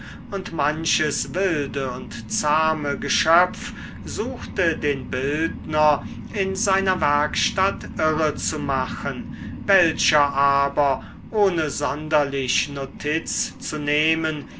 und manches wilde und zahme geschöpf suchte den bildner in seiner werkstatt irre zu machen welcher aber ohne sonderlich notiz zu nehmen